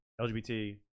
LGBT